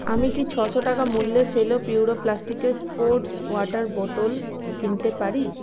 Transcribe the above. আমি কি ছশো টাকা মূল্যের সেলো পিউরো প্লাস্টিকের স্পোর্টস ওয়াটার বোতল কিনতে পারি